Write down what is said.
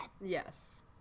yes